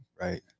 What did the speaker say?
right